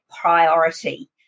priority